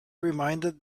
reminded